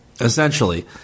Essentially